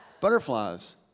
Butterflies